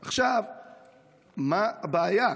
מה הבעיה?